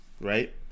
right